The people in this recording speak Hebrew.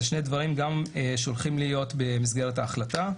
אלה שני דברים שגם הולכים להיות במסגרת ההחלטה.